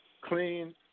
clean